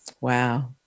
Wow